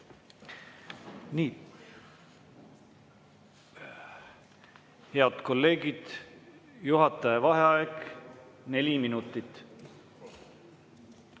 Nii, head kolleegid! Juhataja vaheaeg neli minutit.